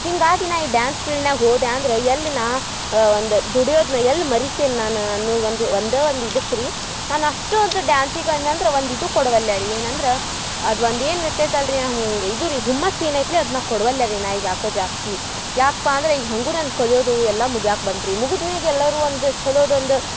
ಹೀಗಾಗಿ ನಾ ಈ ಡ್ಯಾನ್ಸ್ ಫೀಲ್ಡ್ನ್ಯಾಗ ಹೋದೆ ಅಂದ್ರ ಎಲ್ಲಿ ನಾ ಒಂದು ದುಡಿಯೋದು ನಾ ಎಲ್ಲಿ ಮರಿತೆನೆ ನಾನು ಅನ್ನುದು ಒಂದು ಒಂದಾ ಒಂದು ಇದಕ್ಕೆ ರೀ ನಾನು ಅಷ್ಟು ಒಂದು ಡ್ಯಾನ್ಸಿಗ್ ಏನು ಅಂದ್ರ ಒಂದು ಇದು ಕೊಡುವಲ್ಲೆ ರೀ ಏನಂದ್ರ ಅದು ಒಂದು ಏನು ಇರ್ತೈತೆ ಅಲ್ರಿ ಹು ಗ್ ಇದು ರೀ ಹುಮ್ಮಸ್ಸು ಏನೈತ್ಲೆ ಅದನ್ನ ಕೊಡ್ವಲ್ಲೆ ರೀ ನಾ ಈಗ ಯಾಕೊ ಜಾಸ್ತಿ ಯಾಕ್ಪ ಅಂದರೆ ಈಗ ಹೇಗು ನಾನು ಕಲಿಯೋದು ಎಲ್ಲ ಮುಗ್ಯಾಕೆ ಬಂತು ರೀ ಮುಗುದ ಮೇಗೆ ಎಲ್ಲಾರು ಒಂದು ಛಲೋದ ಒಂದು